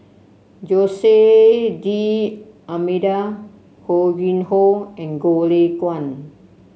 Jose D'Almeida Ho Yuen Hoe and Goh Lay Kuan